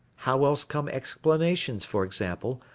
how else come explanations, for example,